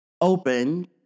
open